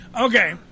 okay